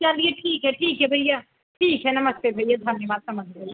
चलिए ठीक है ठीक है भैया ठीक है नमस्ते भैया धन्यवाद समझ गई